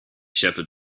shepherd